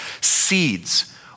seeds